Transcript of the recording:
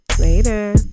Later